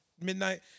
midnight